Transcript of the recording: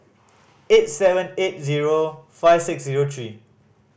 eight seven eight zero five six zero three